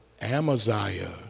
Amaziah